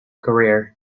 career